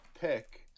pick